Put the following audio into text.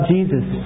Jesus